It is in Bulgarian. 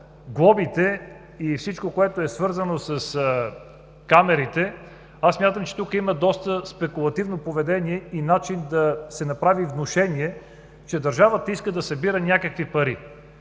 глобите и всичко, което е свързано с камерите, смятам, че тук има доста спекулативно поведение и начин да се направи внушение, че държавата иска да събира някакви пари.